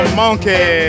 monkey